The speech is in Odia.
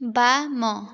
ବାମ